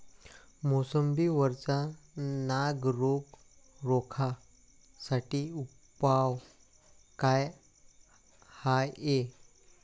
मोसंबी वरचा नाग रोग रोखा साठी उपाव का हाये?